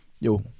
yo